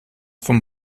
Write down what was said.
vom